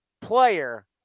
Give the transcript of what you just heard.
player